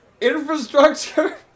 infrastructure